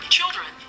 children